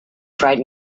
tried